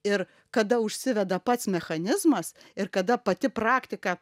ir kada užsiveda pats mechanizmas ir kada pati praktika